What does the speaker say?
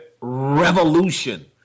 revolution